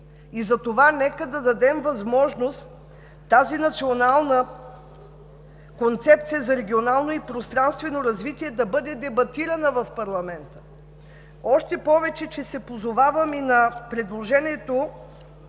Затова нека да дадем възможност тази национална концепция за регионално и пространствено развитие да бъде дебатирана в парламента, още повече, че се позоваваме на предложението